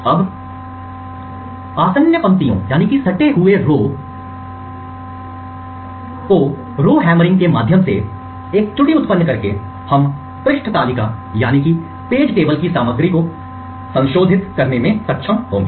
अब आसन्न पंक्तियों सटा हुआ के रो हमेरिंग के माध्यम से एक त्रुटि उत्पन्न करके हम पृष्ठ तालिका पेज टेबल की सामग्री को संशोधित करने में सक्षम होंगे